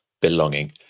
belonging